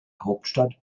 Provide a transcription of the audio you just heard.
hauptstadt